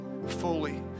Fully